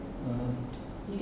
oh